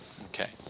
Okay